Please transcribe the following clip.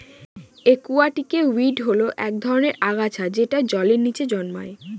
একুয়াটিকে উইড হল এক ধরনের আগাছা যেটা জলের নীচে জন্মায়